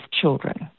children